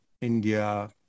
India